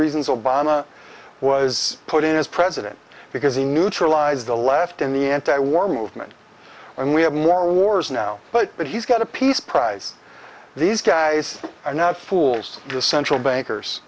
reasons obama was put in as president because he neutralize the left in the anti war movement and we have more wars now but he's got a peace prize these guys are not fools the central bankers